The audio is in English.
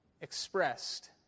expressed